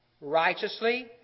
righteously